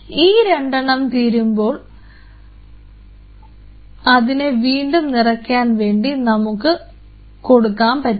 ഈ രണ്ടെണ്ണം തീരുമ്പോൾ അതിനെ വീണ്ടും നിറയ്ക്കാൻ വേണ്ടി നമുക്ക് കൊടുക്കാൻ പറ്റും